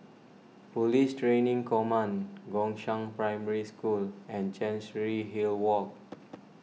Police Training Command Gongshang Primary School and Chancery Hill Walk